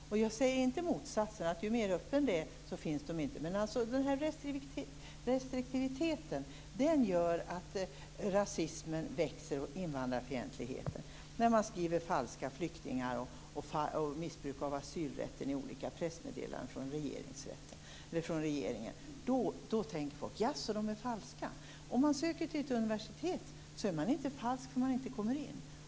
Jag säger inte motsatsen, dvs. att om politiken är öppnare finns inte rasismen. Men restriktiviteten gör att rasismen och invandrarfientligheten växer. När regeringen skriver om falska flyktingar och missbruk av asylrätten i olika pressmeddelanden tänker folk: Jaså, de är falska. Men om man söker till ett universitet är man inte falsk därför att man inte kommer in.